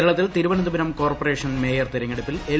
കേരളത്തിൽ Thiruvananthapuram corporation mayor തെരഞ്ഞെടുപ്പിൽ L